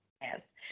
Yes